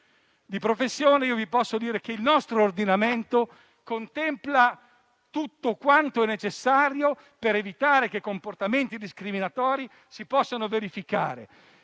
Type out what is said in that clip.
(in particolare nel penale), che il nostro ordinamento contempla tutto quanto è necessario per evitare che comportamenti discriminatori si possano verificare